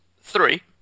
three